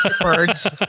Birds